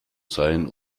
sein